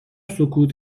سکوت